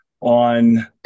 on